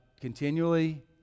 continually